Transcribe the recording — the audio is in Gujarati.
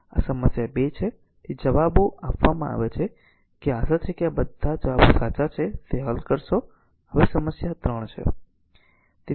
તેથી r આ સમસ્યા 2 છે તેથી જવાબો આપવામાં આવે છે આશા છે કે આ બધા જવાબો સાચા છે તે હલ કરશે હવે સમસ્યા 3 છે